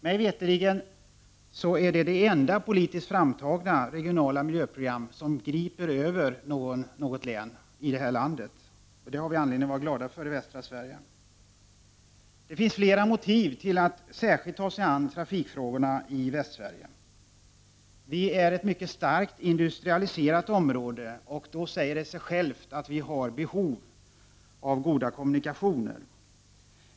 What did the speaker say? Mig veterligt är detta det enda politiskt framtagna regionala miljöprogram som griper över flera län i detta land. Det har vi anledning att vara stolta över. Det finns flera motiv till att särskilt ta sig an trafikfrågorna i västra Sverige. Det är ett mycket starkt industrialiserat område. Det säger sig självt att vi har behov av goda kommunikationer.